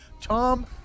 Tom